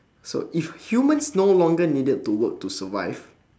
so if humans no longer needed to work to survive